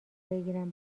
بگیرم